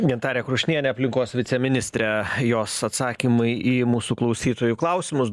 gintarė krušnienė aplinkos viceministrė jos atsakymai į mūsų klausytojų klausimus